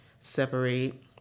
separate